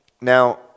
Now